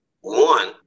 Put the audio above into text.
One